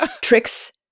tricks